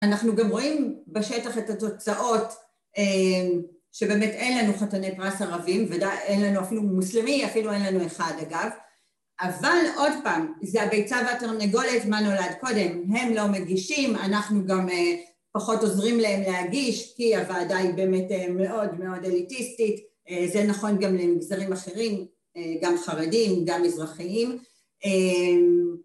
אנחנו גם רואים בשטח את התוצאות שבאמת אין לנו חתני פרס ערבים, ואין לנו אפילו... מוסלמי אפילו אין לנו אחד אגב, אבל עוד פעם, זה הביצה והתרנגולת מה נולד קודם, הם לא מגישים, אנחנו גם פחות עוזרים להם להגיש כי הוועדה היא באמת מאוד מאוד אליטיסטית. זה נכון גם למגזרים אחרים, גם חרדים, גם מזרחיים.